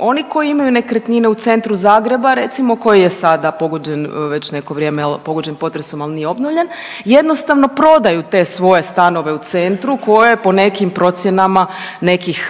oni koji imaju nekretnine u centru Zagreba recimo koji je sada pogođen već neko vrijeme pogođen potresom, ali nije obnovljen jednostavno prodaju te svoje stanove u centru koje po nekim procjenama nekih